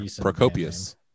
procopius